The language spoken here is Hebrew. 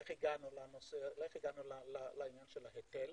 איך הגענו לעניין ההיטל,